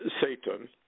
Satan